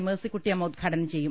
Mercy Kuttiyamma ഉദ്ഘാടനം ചെയ്യും